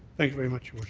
thank you very much,